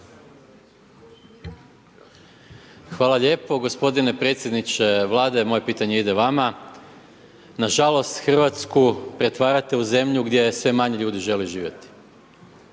Hvala lijepo. Gospodine predsjedniče Vlade moje pitanje ide vama. Nažalost Hrvatsku pretvarate u zemlju gdje sve manje ljudi želi živjeti.